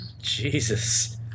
Jesus